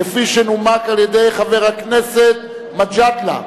כפי שנומק על-ידי חבר הכנסת מג'אדלה.